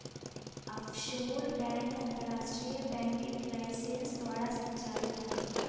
offshore bank अंतरराष्ट्रीय banking licence द्वारा संचालित हइ